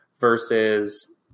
versus